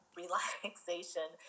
relaxation